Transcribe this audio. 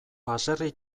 baserri